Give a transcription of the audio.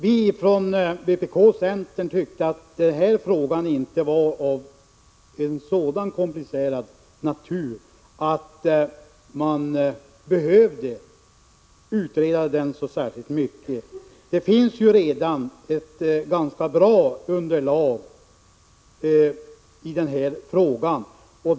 Vi från vpk och centern tyckte att denna fråga inte var av en så komplicerad natur att man behöver utreda den så särskilt mycket. Det finns redan ett ganska bra underlag.